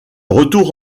retour